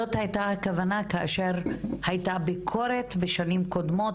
זו הייתה הכוונה כאשר הייתה ביקורת בשנים קודמות